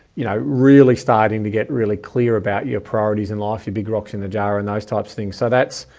you know, really starting to get really clear about your priorities in life, your big rocks in the jar and those types of things. so that's,